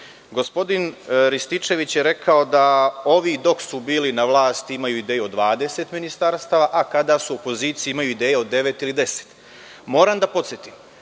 Gospodin Rističević je rekao da ovi dok su bili na vlasti imaju ideju od 20 ministarstava, a kada su u opoziciji, imaju ideju od devet ili 10. Moram da podsetim